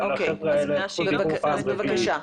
לחבר'ה האלה זכות דיבור פעם רביעית --- אז בבקשה.